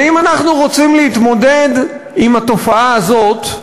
ואם אנחנו רוצים להתמודד עם התופעה הזאת,